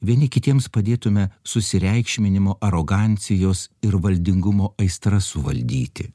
vieni kitiems padėtume susireikšminimo arogancijos ir valdingumo aistras suvaldyti